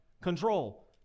control